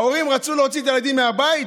ההורים רצו להוציא את הילדים מהבית,